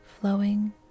flowing